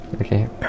Okay